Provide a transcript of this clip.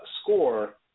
score